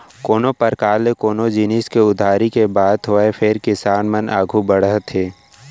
कोनों परकार ले कोनो जिनिस के उधारी के बात होय फेर किसान मन आघू बढ़त हे